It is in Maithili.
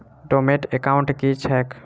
डोर्मेंट एकाउंट की छैक?